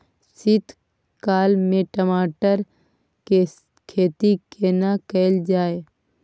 शीत काल में टमाटर के खेती केना कैल जाय?